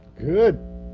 Good